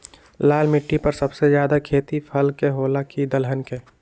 लाल मिट्टी पर सबसे ज्यादा खेती फल के होला की दलहन के?